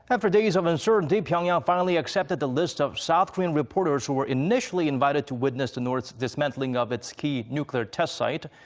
after days of uncertainty. pyongyang finally accepted the list of south korean reporters who were initially invited to witness the north's dismantling of its key nuclear test site.